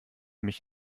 mich